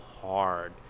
hard